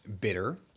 bitter